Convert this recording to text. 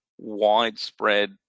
widespread